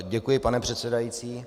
Děkuji, pane předsedající.